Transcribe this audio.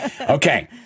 Okay